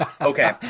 okay